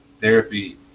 therapy